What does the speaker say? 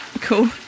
cool